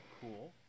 cool